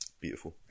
Beautiful